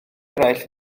eraill